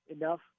enough –